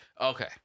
Okay